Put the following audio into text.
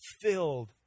filled